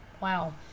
Wow